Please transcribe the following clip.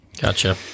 Gotcha